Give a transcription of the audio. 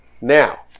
Now